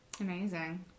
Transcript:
Amazing